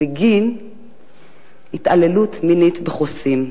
בגין התעללות מינית בחוסים.